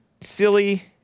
silly